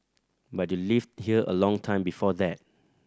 but you lived here a long time before that